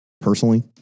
personally